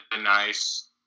nice